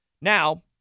Now